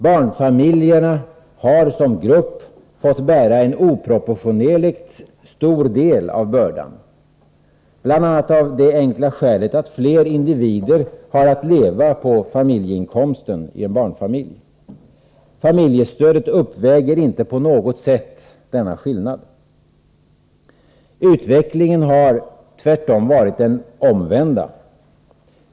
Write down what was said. Barnfamiljerna har som grupp fått bära en oproportionerligt stor del av bördan, bl.a. av det enkla skälet att fler individer har att leva på familjeinkomsten i en barnfamilj. Familjestödet uppväger inte på något sätt denna skillnad. Utvecklingen har tvärtom varit den omvända.